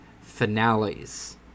finales